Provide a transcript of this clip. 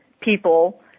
people